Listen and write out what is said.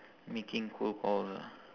making cold calls ah